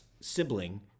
sibling